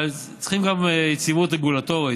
אבל צריכים גם יציבות רגולטורית,